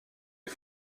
les